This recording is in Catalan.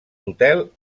hotel